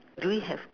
do you have